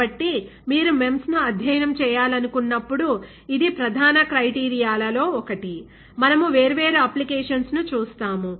కాబట్టి మీరు MEMS ను అధ్యయనం చేయాలనుకున్నప్పుడు ఇది ప్రధాన క్రైటీరియాలో ఒకటి మనము వేర్వేరు అప్లికేషన్స్ ను చూస్తాము